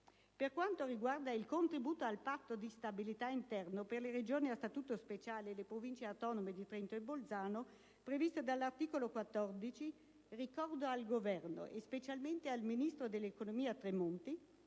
Per quanto riguarda il contributo al Patto di stabilità interno per le Regioni a Statuto speciale e le Province autonome di Trento e Bolzano previsto all'articolo 14, ricordo al Governo e specialmente al ministro dell'economia e